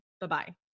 bye-bye